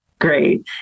Great